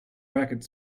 racket